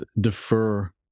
defer